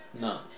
No